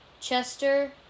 Chester